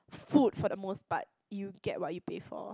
food for the most part you get what you pay for